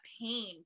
pain